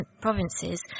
provinces